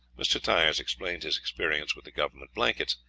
mr. tyers explained his experience with the government blankets.